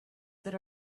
that